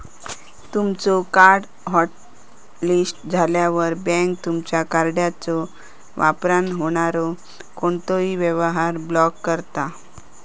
तुमचो card hotlist झाल्यावर, bank तुमचा कार्डच्यो वापरान होणारो कोणतोही व्यवहार ब्लॉक करता